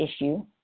issue